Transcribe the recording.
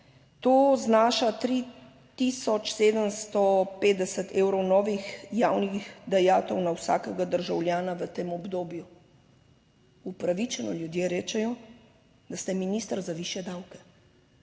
To znaša 3 tisoč 750 evrov novih javnih dajatev na vsakega državljana v tem obdobju. Upravičeno ljudje rečejo, da ste minister za višje davke,